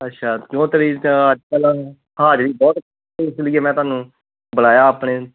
ਅੱਛਾ ਜੋ ਤਰੀਕ 'ਚ ਅੱਜ ਕੱਲ੍ਹ ਹਾਜ਼ਰੀ ਬਹੁਤ ਇਸ ਲਈ ਮੈਂ ਤੁਹਾਨੂੰ ਬੁਲਾਇਆ ਆਪਣੇ